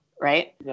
right